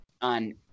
on